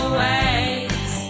waves